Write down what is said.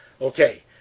Okay